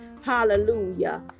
Hallelujah